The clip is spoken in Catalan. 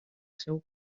seu